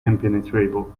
impenetrable